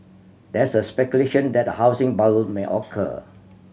there is speculation that a housing bubble may occur